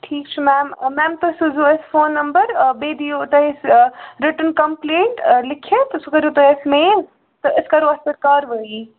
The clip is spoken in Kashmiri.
ٹھیٖک چھُ میم میم تُہۍ سوٗزیٚو اَسہِ فون نمبر بیٚیہِ دِیِو تۄہہِ اَسہِ رِٹٕن کَمپُلینٛٹ لیٖکھِتھ تہٕ سُہ کٔرِو تُہۍ اَسہِ میل تہٕ أسۍ کَرو اَتھ پٮ۪ٹھ کاروٲیی